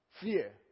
Fear